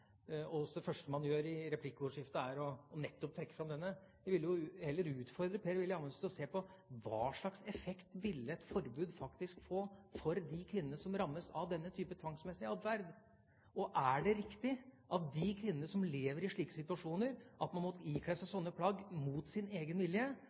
det første man gjør i replikkordskiftet er nettopp å trekke fram denne. Jeg vil heller utfordre Per-Willy Amundsen til å se på dette: Hva slags effekt ville et forbud faktisk få for de kvinnene som rammes av denne type tvangsmessig atferd? Og er det riktig at de kvinnene som lever i slike situasjoner – de som må ikle seg slike plagg mot sin vilje